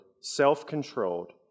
self-controlled